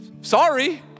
Sorry